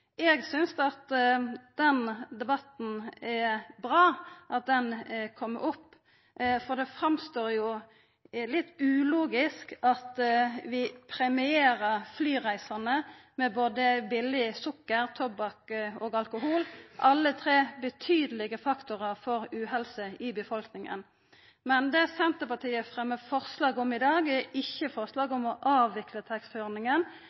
Eg synest at det er bra at den debatten har kome opp, for det framstår jo litt ulogisk at vi premierer flyreisande med både billig sukker, tobakk og alkohol – alle tre betydelege faktorar for uhelse i befolkninga. Men det Senterpartiet fremjar forslag om i dag, er ikkje